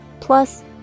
plus